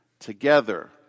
Together